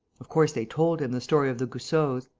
of course, they told him the story of the goussots.